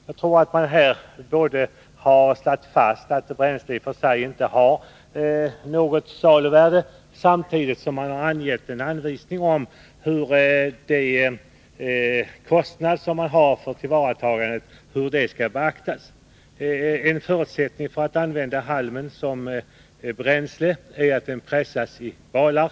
Jag tror att man här både har slagit fast att bränslet i och för sig inte har något saluvärde och gett en anvisning om hur kostnaden som man har för tillvaratagandet skall beaktas. En förutsättning för att halmen skall kunna användas som bränsle är att den pressas i balar.